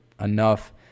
enough